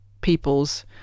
people's